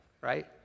right